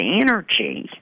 energy